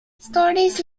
stores